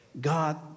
God